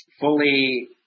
fully